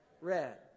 Red